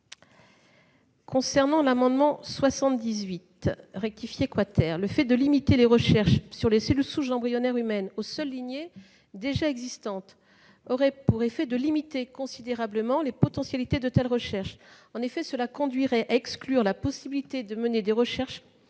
viens à l'amendement n° 78 rectifié . Le fait de limiter les recherches sur les cellules souches embryonnaires humaines aux seules lignées déjà existantes aurait pour effet de restreindre considérablement les potentialités de telles recherches. En effet, cela conduirait à exclure la possibilité de mener des recherches